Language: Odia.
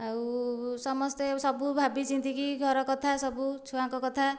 ଆଉ ସମସ୍ତେ ସବୁ ଭାବି ଚିନ୍ତିକି ଘର କଥା ସବୁ ଛୁଆଙ୍କ କଥା